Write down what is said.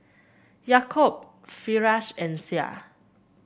Yaakob Firash and Syah